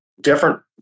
different